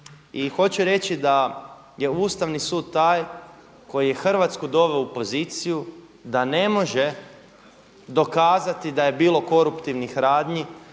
I hoću reći da je Ustavni sud taj koji je Hrvatsku doveo u poziciju da ne može dokazati da je bilo koruptivnih radnji